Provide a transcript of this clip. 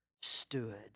stood